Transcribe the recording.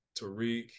Tariq